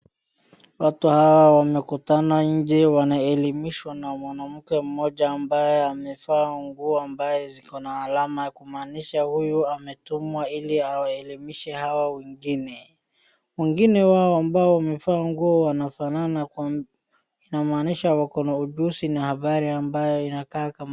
Watu hawa wamekutana nje, wanaelemishwa na mwanamke mmoja ambaye amevaa nguo ambaye ziko na alama , kumaanisha huyu ametumwa ili awaelimishe hawa wengine. Wengine wao ambao wamevaa nguo wanafanana , inamanisha wako na ujuzi na habari ambayo inaka kama...